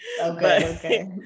okay